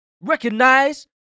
recognize